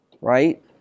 right